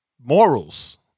morals